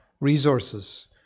resources